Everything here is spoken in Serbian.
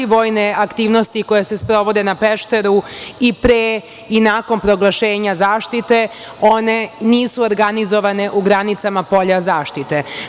Vojne aktivnosti koje se sprovode na Pešteru i pre i nakon proglašenja zaštite nisu organizovane u granicama polja zaštite.